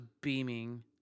beaming